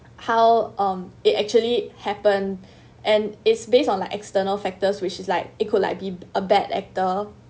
how um it actually happen and it's based on like external factors which is like it could like be a bad actor